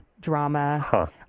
drama